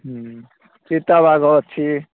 ହୁଁ ଚିତା ବାଘ ଅଛି